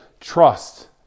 trust